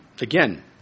again